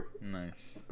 Nice